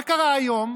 מה קרה היום?